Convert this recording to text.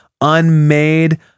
unmade